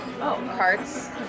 carts